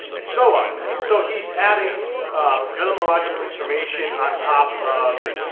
and so on. so he's adding etymological information on top of